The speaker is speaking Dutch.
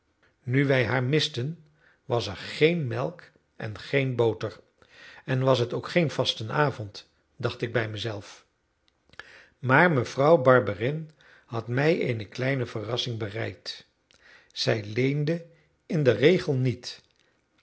nu wij haar misten was er geen melk en geen boter en was het ook geen vastenavond dacht ik bij mij zelf maar vrouw barberin had mij eene kleine verrassing bereid zij leende in den regel niet